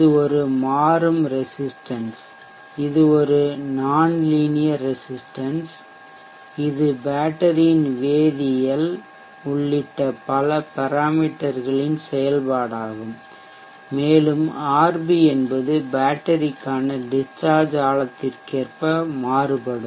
இது ஒரு மாறும் ரெசிஷ்டன்ஷ் இது ஒரு நான்லீனியர் ரெசிஷ்டன்ஷ் இது பேட்டரியின் வேதியியல் உள்ளிட்ட பல பெராமீட்டர்களின் செயல்பாடாகும் மேலும் RB என்பது பேட்டரிக்கான டிஷ்சார்ஜ் ஆழத்திற்ககேற்ப மாறுபடும்